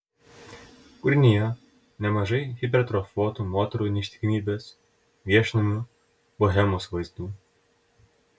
kūrinyje nemažai hipertrofuotų moterų neištikimybės viešnamių bohemos vaizdų